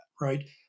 right